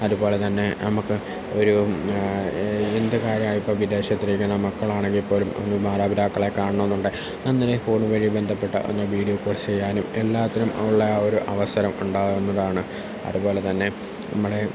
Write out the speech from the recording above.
അതുപോലെത്തന്നെ നമുക്ക് ഒരു എന്ത് കാര്യമാ ഇപ്പം വിദേശത്തിരിക്കുന്ന മക്കളാണെങ്കിൽപ്പോലും ഒന്ന് മാതാപിതാക്കളെ കാണണമെന്നുണ്ടെങ്കിൽ അന്നേരം ഫോണ് വഴി ബന്ധപ്പെട്ട ഒന്ന് വീഡിയോ കോൾ ചെയ്യാനും എല്ലാത്തിനും ഉള്ള ആ ഒരു അവസരം ഉണ്ടാകുന്നതാണ് അതുപോലെത്തന്നെ നമ്മുടെ